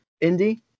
Indy